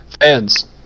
fans